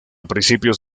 principios